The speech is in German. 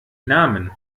namen